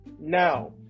now